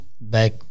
back